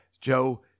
Joe